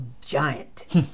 giant